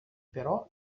però